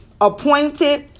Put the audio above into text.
appointed